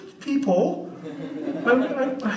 people